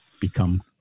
become